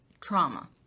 trauma